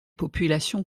populations